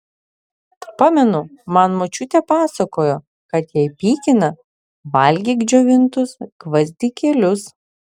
pamenu man močiutė pasakojo kad jei pykina valgyk džiovintus gvazdikėlius